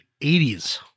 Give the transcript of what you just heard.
80s